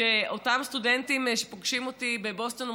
כשאותם סטודנטים פוגשים אותי בבוסטון הם